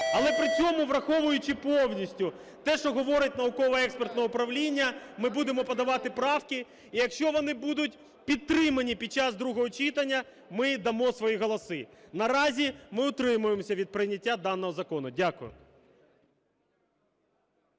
але при цьому, враховуючи повністю те, що говорить Науково-експертне управління, ми будемо подавати правки, і якщо вони будуть підтримані під час другого читання, ми дамо свої голоси. Наразі ми утримуємося від прийняття даного закону. Дякую.